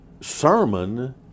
sermon